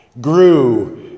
grew